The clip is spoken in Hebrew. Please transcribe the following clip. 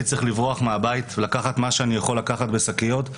צריך לברוח מהבית ולקחת מה שאני יכול לקחת בשקיות,